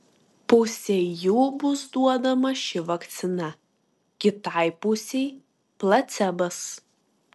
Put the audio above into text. pusei jų bus duodama ši vakcina kitai pusei placebas